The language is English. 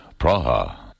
Praha